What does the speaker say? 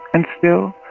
and still,